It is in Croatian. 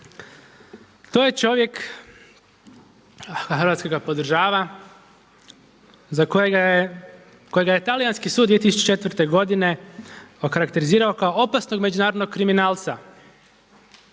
to je čovjek, a Hrvatska ga podržava kojega je talijanski sud 2004. godine okarakterizirao kao opasnog međunarodnog kriminalca